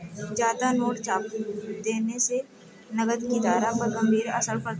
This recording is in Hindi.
ज्यादा नोट छाप देने से नकद की धारा पर गंभीर असर पड़ता है